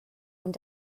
und